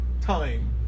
time